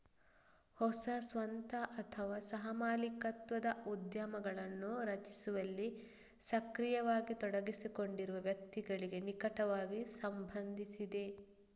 ಹೊಸ ಸ್ವಂತ ಅಥವಾ ಸಹ ಮಾಲೀಕತ್ವದ ಉದ್ಯಮಗಳನ್ನು ರಚಿಸುವಲ್ಲಿ ಸಕ್ರಿಯವಾಗಿ ತೊಡಗಿಸಿಕೊಂಡಿರುವ ವ್ಯಕ್ತಿಗಳಿಗೆ ನಿಕಟವಾಗಿ ಸಂಬಂಧಿಸಿದೆ